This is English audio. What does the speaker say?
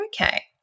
Okay